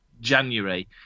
January